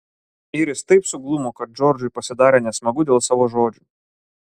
iris taip suglumo kad džordžui pasidarė nesmagu dėl savo žodžių